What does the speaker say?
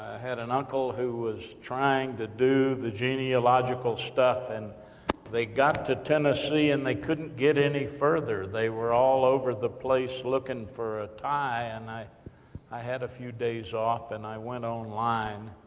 had an uncle, who was trying to do the genealogical stuff, and they got to tennessee, and they couldn't get any further. they were all over the place looking for a tie, and i i had a few days off, and i went online,